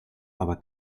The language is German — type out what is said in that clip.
aber